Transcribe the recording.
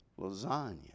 lasagna